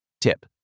Tip